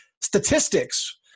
statistics